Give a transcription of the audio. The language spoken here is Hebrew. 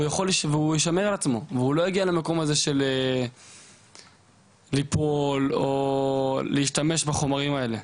והוא ישמר את עצמו והוא לא יגיע למקום של ליפול או להשתמש בחומרים האלה,